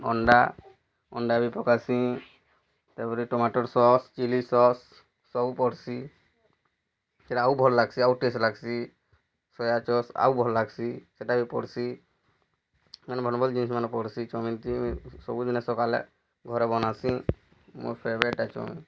ଅଣ୍ଡା ଅଣ୍ଡା ବି ପକାସିଁ ତା'ପରେ ଟମାଟୋର ସସ୍ ଚିଲି ସସ୍ ସବୁ ପଡ଼୍ସି ସେଟା ଆଉ ଭଲ୍ ଲାଗ୍ସି ଆଉ ଟେଷ୍ଟ୍ ଲାଗ୍ସି ସୋୟା ସସ୍ ଆଉ ଭଲ୍ ଲାଗ୍ସି ସେଟା ବି ପଡ଼୍ସି ମାନେ ଭଲ୍ ଭଲ୍ ଜିନିଷ୍ମାନେ ପଡ଼୍ସି ଚାମିନ୍ ଥି ସବୁ ଦିନେ ସକାଲେ ଘରେ ବନାସିଁ ମୋର୍ ଫେବ୍ରାଇଟ୍ ଏ ଚାମିନ୍